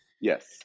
Yes